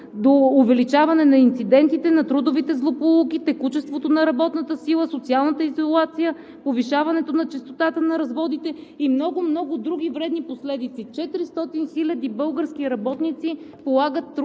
до увеличаване на инцидентите, на трудовите злополуки, текучеството на работната сила, социалната изолация, повишаването на честотата на разводите и много, много други вредни последици. Четиристотин хиляди български работници полагат труд